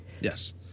Yes